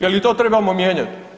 Je li to trebamo mijenjat?